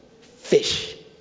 fish